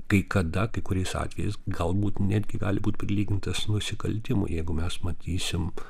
kai kada kai kuriais atvejais galbūt netgi gali būt prilygintas nusikaltimui jeigu mes matysim